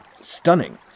stunning